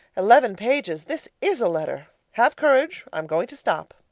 eleven pages this is a letter! have courage. i'm going to stop.